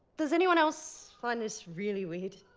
does anyone else find this really weird?